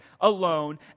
alone